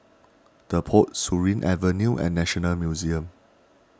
the Pod Surin Avenue and National Museum